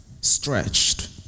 stretched